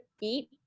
eat